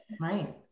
right